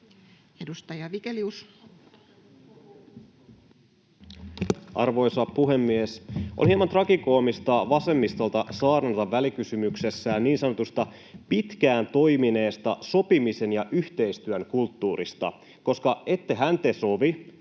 Content: Arvoisa puhemies! On hieman tragikoomista vasemmistolta saarnata välikysymyksessään niin sanotusta pitkään toimineesta sopimisen ja yhteistyön kulttuurista, koska ettehän te sovi,